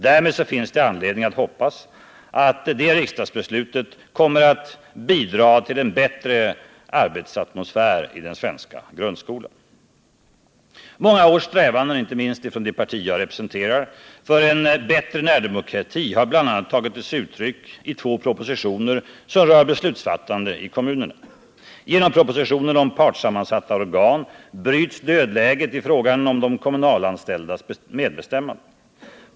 Därmed finns det anledning att hoppas att det riksdagsbeslutet kommer att bidra till en bättre arbetsatmosfär i den svenska grundskolan. Många års strävanden, inte minst från det parti jag representerar, för en bättre närdemokrati har bl.a. tagit sig uttryck i två propositioner som rör beslutsfattandet i kommunerna. Genom propositionen om partsammansatta organ bryts dödläget i frågan om de kommunalanställdas medbestämmande.